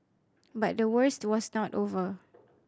but the worst was not over